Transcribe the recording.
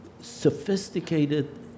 sophisticated